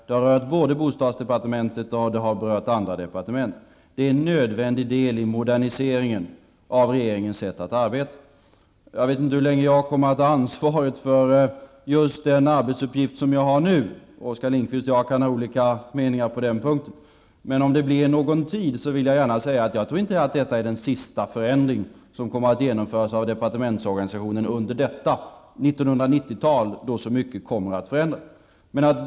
Det har berört både bostadsdepartementet och andra departement. Det är en nödvändig del i moderniseringen av regeringens sätt att arbeta. Jag vet inte hur länge jag kommer att ha ansvaret för just den arbetsuppgift som jag har nu -- Oskar Lindqvist och jag kan ha olika meningar på den punkten -- men om det blir någon tid framöver vill jag säga att jag inte tror att detta är den sista förändring som kommer att genomföras av departementsorganisationen under detta 1990-tal, då så mycket kommer att förändras.